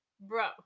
Bro